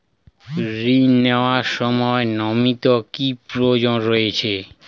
ঋণ নেওয়ার সময় নমিনি কি প্রয়োজন রয়েছে?